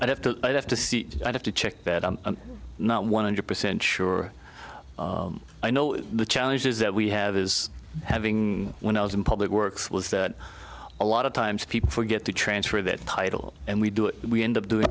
i have to i have to see i have to check that i'm not one hundred percent sure i know the challenges that we have is having when i was in public works was that a lot of times people forget to transfer that title and we do it we end up doing